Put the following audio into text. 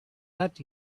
that